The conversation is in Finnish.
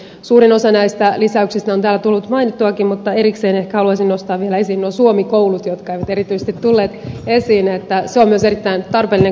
suurin osa näistä lisäyksistä on täällä tullut mainittuakin mutta erikseen ehkä haluaisin nostaa vielä esiin nuo suomi koulut jotka eivät erityisesti tulleet esiin että se on myös erittäin tarpeellinen kohde